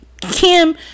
Kim